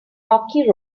rocky